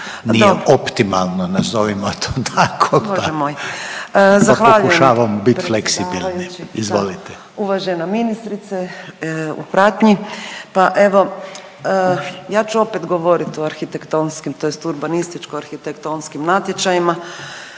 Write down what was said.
…/Upadica Reiner: Pa pokušavamo bit fleksibilni. Izvolite./… predsjedavajući, uvažena ministrice u pratnji. Pa evo ja ću opet govorit o arhitektonskim, tj. o urbanističko-arhitektonskim natječajima